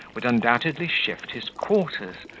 would undoubtedly shift his quarters,